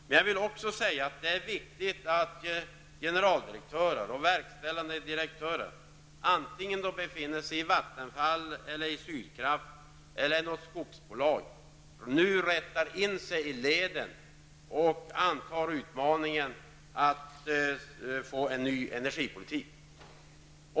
Men det är också viktigt att generaldirektörer och verkställande direktörer, vare sig de befinner sig i Vattenfall, Sydkraft eller något skogsbolag, nu rättar in sig i leden och antar utmaningen att få till stånd en ny energipolitik.